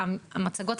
המצגות,